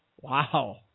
Wow